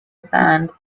sand